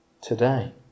today